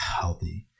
healthy